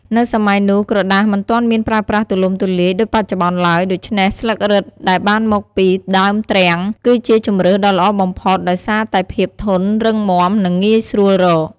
នៅសម័យនោះ ក្រដាសមិនទាន់មានប្រើប្រាស់ទូលំទូលាយដូចបច្ចុប្បន្នឡើយ ដូច្នេះ ស្លឹករឹត ដែលបានមកពី ដើមទ្រាំង គឺជាជម្រើសដ៏ល្អបំផុតដោយសារតែភាពធន់រឹងមាំ និងងាយស្រួលរក។